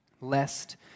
lest